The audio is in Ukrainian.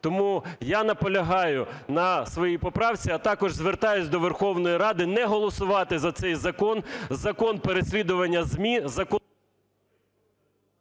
Тому я наполягаю на своїй поправці. А також звертаюсь до Верховної Ради не голосувати за цей закон, закон переслідування ЗМІ,